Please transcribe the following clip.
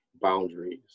boundaries